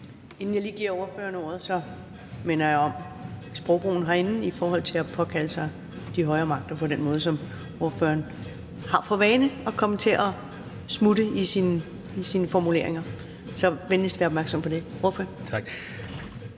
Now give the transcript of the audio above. Inden jeg lige giver ordføreren ordet, minder jeg om sprogbrugen herinde i forhold til at påkalde sig de højere magter på den måde, som ordføreren har for vane at komme til at smutte ind i sine formuleringer. Så venligst vær opmærksom på det.